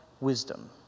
wisdom